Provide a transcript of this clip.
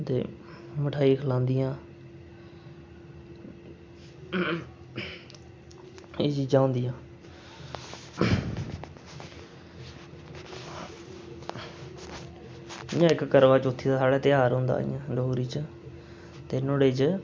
ते मठाई खलांदियां ते एह् चीज़ां होंदियां ते इंया करवाचौथी दा साढ़े ध्यार होंदा इंया डोगरी च ते नुहाड़े च